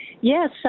Yes